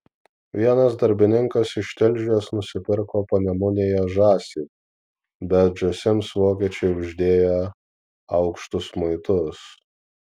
vienas darbininkas iš tilžės nusipirko panemunėje žąsį bet žąsims vokiečiai uždėję aukštus muitus